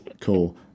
Cool